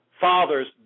Fathers